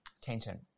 Tension